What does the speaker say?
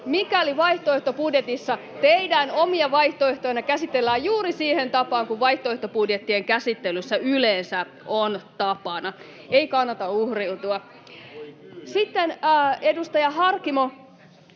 mikäli vaihtoehtobudjetissa teidän omia vaihtoehtojanne käsitellään juuri siihen tapaan kuin vaihtoehtobudjettien käsittelyssä yleensä on tapana. Ei kannata uhriutua. [Mika Lintilä: